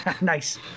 Nice